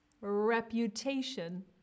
reputation